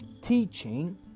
teaching